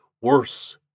Worse